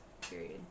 period